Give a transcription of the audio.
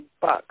bucks